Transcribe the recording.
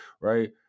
right